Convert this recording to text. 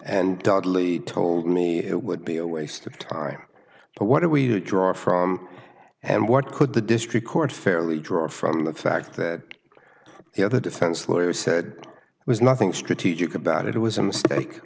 and dudley told me it would be a waste of time but what are we to draw from and what could the district court fairly draw from the fact that the other defense lawyer said it was nothing strategic about it it was a mistake